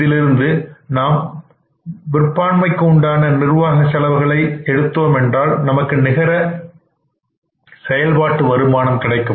இதிலிருந்து நாம் விற்பான்மைக்குஉண்டான நிர்வாக செலவுகளை எடுத்தோம் என்றால் நமக்கு நிகர செயல்பாட்டு வருமானம் கிடைக்கும்